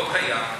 זה לא קיים.